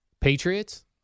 Patriots